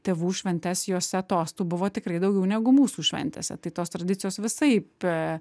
tėvų šventes jose tostų buvo tikrai daugiau negu mūsų šventėse tai tos tradicijos visaip